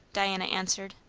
diana answered.